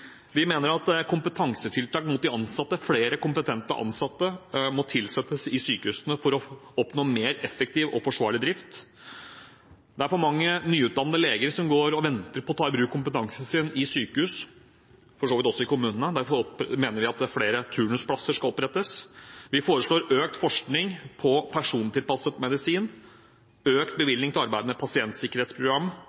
Vi mener flere kompetente ansatte må tilsettes i sykehusene for å oppnå mer effektiv og forsvarlig drift. Det er for mange nyutdannede leger som går og venter på å ta i bruk kompetansen sin i sykehus, for så vidt også i kommunene. Derfor mener vi at flere turnusplasser skal opprettes. Vi foreslår økt forskning på persontilpasset medisin, økt bevilgning til arbeid med pasientsikkerhetsprogram